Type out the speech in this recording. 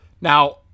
Now